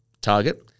target